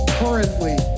currently